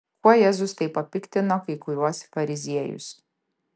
kuo jėzus taip papiktino kai kuriuos fariziejus